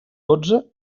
dotze